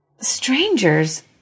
strangers